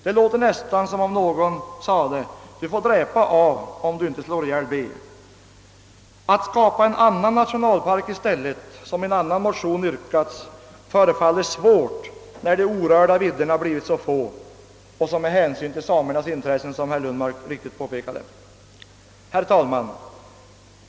Det låter nästan som om någon sade: »Du får dräpa A, om du inte slår ihjäl B.» Att skapa en annan nationalpark i stället, vilket yrkats i en annan motion, förefaller svårt när de orörda vidderna blivit så få. Man får även, såsom herr Lundmark mycket riktigt påpekade, ta hänsyn till samernas intressen. Herr talman!